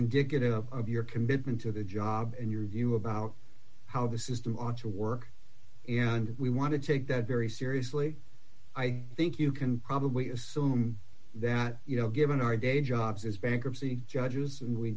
indicative of your commitment to the job and your view about how the system on to work and we want to take that very seriously i think you can probably assume that you know given our day jobs as bankruptcy judges and we